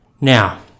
Now